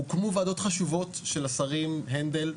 הוקמו ועדות חשובות של השרים הנדל וסער,